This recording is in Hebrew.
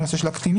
הנושא של הקטינים,